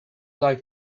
like